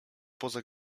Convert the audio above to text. poza